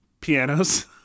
Pianos